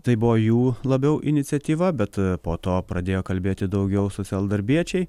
tai buvo jų labiau iniciatyva bet po to pradėjo kalbėti daugiau socialdarbiečiai